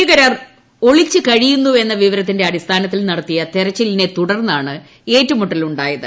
ഭീകരർ ഒളിച്ചു കഴിയുന്നുപ്പെന്ന വിവരത്തിന്റെ അടിസ്ഥാനത്തിൽ നടത്തിയ തിരച്ചിലിക്ക് തുടർന്നാണ് ഏറ്റുമുട്ടലുണ്ടായത്